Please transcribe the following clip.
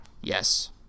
Yes